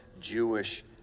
Jewish